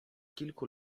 kilku